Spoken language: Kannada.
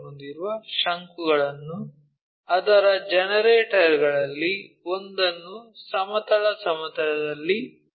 ಹೊಂದಿರುವ ಶಂಕುಗಳನ್ನು ಅದರ ಜನರೇಟರ್ ಗಳಲ್ಲಿ ಒಂದನ್ನು ಸಮತಲ ಸಮತಲದಲ್ಲಿ ಇರಿಸಲಾಗಿದೆ